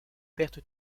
perte